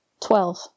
Twelve